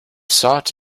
sought